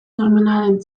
sormenaren